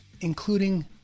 including